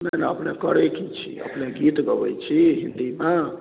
नहि नहि अपने करैत की छी अपने गीत गबैत छी हिन्दीमे